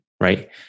right